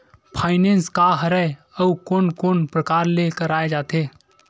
Finance का हरय आऊ कोन कोन प्रकार ले कराये जाथे?